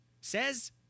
says